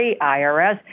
IRS